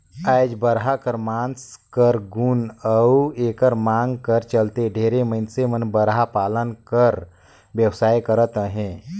आएज बरहा कर मांस कर गुन अउ एकर मांग कर चलते ढेरे मइनसे मन बरहा पालन कर बेवसाय करत अहें